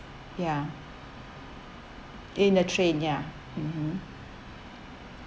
ya in the train ya mmhmm